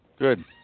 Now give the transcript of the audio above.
Good